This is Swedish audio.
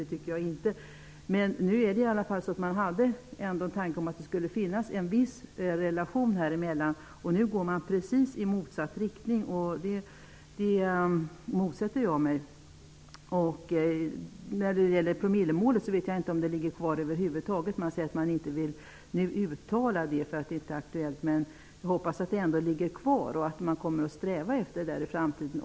Det tycker jag inte, men nu fanns i alla fall tanken om att det skulle finnas en viss relation mellan dessa poster. Nu går man i precis motsatt riktning. Det motsätter jag mig. Jag vet inte om promillemålet över huvud taget finns kvar. Man säger att man nu inte vill uttala det, eftersom det inte är aktuellt. Men jag hoppas att det ändå finns kvar och att vi kommer att sträva efter det också i framtiden.